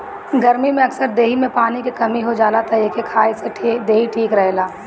गरमी में अक्सर देहि में पानी के कमी हो जाला तअ एके खाए से देहि ठीक रहेला